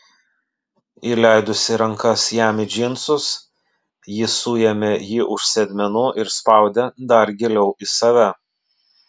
įleidusi rankas jam į džinsus ji suėmė jį už sėdmenų ir spaudė dar giliau į save